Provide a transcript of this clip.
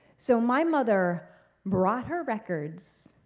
so, my mother brought her records,